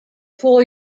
full